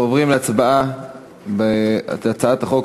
אנחנו עוברים להצבעה על הצעת חוק